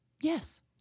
Yes